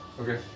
Okay